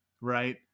right